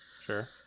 Sure